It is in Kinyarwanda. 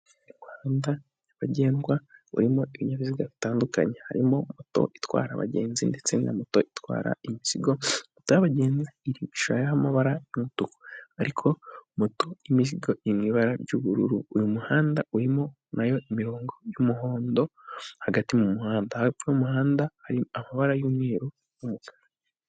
Umuhanda nyabagendwa urimo ibinyabiziga bitandukanye, harimo moto itwara abagenzi ndetse na moto itwara imizigo, moto y'abagenzi iri mu ishusho y'amabara y'umutuku ariko moto y'imizigo iri mu ibara ry'ubururu. Uyu muhanda urimo na yo imirongo y'umuhondo hagati mu muhanda. Hepfo y'umuhanda hari amabara y'umweru n'umukara.